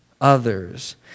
others